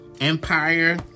Empire